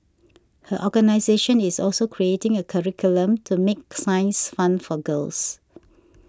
her organisation is also creating a curriculum to make science fun for girls